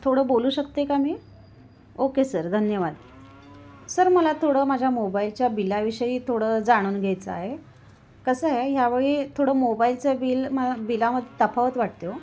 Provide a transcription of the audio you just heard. थोडं बोलू शकते का मी ओके सर धन्यवाद सर मला थोडं माझ्या मोबाईलच्या बिलाविषयी थोडं जाणून घ्यायचं आहे कसं आहे ह्यावेळी थोडं मोबाईलचं बिल मा बिलामध्ये तफावत वाटते ओ